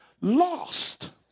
lost